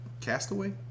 Castaway